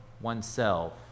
oneself